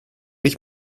ich